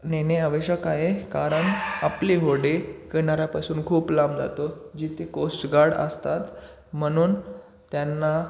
नेणे आवश्यक आहे कारण आपली होडी किनाऱ्यापासून खूप लांब जातो जिते कोस्ट गार्ड असतात म्हणून त्यांना